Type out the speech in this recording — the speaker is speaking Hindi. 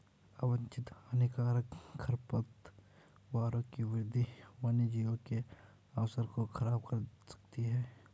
अवांछित हानिकारक खरपतवारों की वृद्धि वन्यजीवों के आवास को ख़राब कर सकती है